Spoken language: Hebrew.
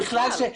בכלל.